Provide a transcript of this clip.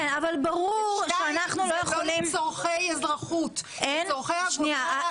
-- -זה לא לצרכי אזרחות, זה לצרכי עבודה.